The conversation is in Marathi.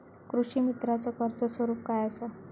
कृषीमित्राच कर्ज स्वरूप काय असा?